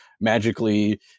magically